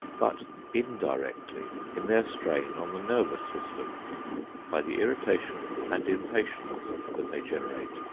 but indirectly in their strain on the nervous system by the irritation and impatience that they generate,